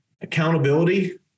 accountability